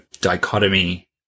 dichotomy